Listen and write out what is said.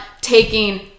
taking